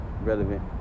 relevant